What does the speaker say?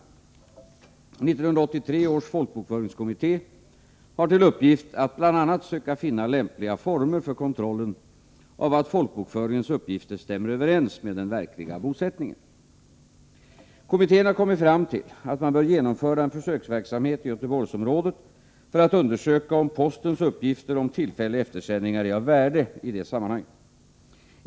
1983 års folkbokföringskommitté har till uppgift att bl.a. söka finna lämpliga former för kontrollen av att folkbokföringens uppgifter stämmer överens med den verkliga bosättningen. Kommittén har kommit fram till att man bör genomföra en försöksverksamhet i Göteborgsområdet för att undersöka om postens uppgifter om tillfälliga eftersändningar är av värde i detta sammanhang.